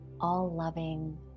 all-loving